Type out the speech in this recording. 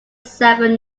seven